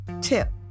tip